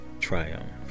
triumph